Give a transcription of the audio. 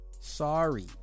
Sorry